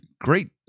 great